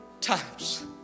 times